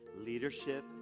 leadership